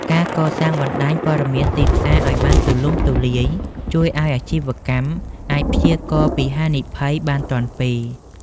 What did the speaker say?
ការកសាងបណ្ដាញព័ត៌មានទីផ្សារឱ្យបានទូលំទូលាយ ជួយឱ្យអាជីវកម្មអាចព្យាករណ៍ពីហានិភ័យបានទាន់ពេល។